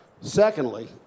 Secondly